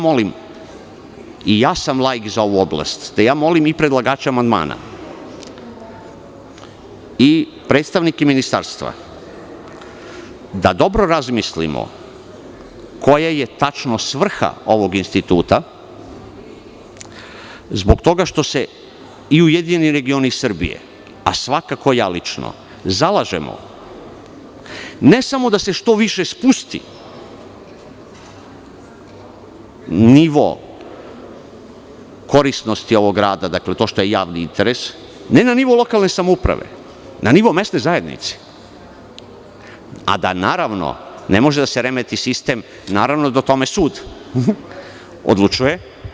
Molim, laik sam za ovu oblast, i predlagača amandmana i predstavnike ministarstva da dobro razmislimo koja je tačno svrha ovog instituta, zbog toga što se URS i ja lično zalažemo, ne samo da se što više spusti nivo korisnosti ovog rada, dakle, to što je javni interes, ne na nivo lokalne samouprave, na nivo mesne zajednice, a da naravno, ne može da se remeti sistem, naravno da o tome sud odlučuje.